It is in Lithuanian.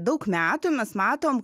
daug metų mes matom